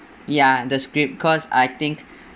ya the script cause I think